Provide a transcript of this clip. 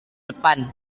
depan